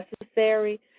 necessary